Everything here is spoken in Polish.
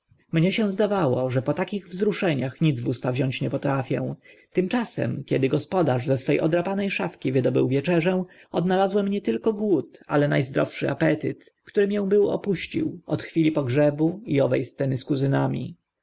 mnie się zdawało że po takich wzruszeniach nic w usta wziąć nie potrafię tymczasem kiedy gospodarz ze swo e odrapane szafki wydobył wieczerzę odnalazłem nie tylko głód ale na zdrowszy apetyt który mię był opuścił od chwili pogrzebu i owe sceny z kuzynami